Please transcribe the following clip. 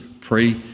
pray